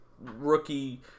rookie